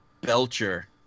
Belcher